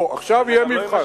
גם לא, עכשיו יהיה מבחן.